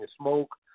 smoke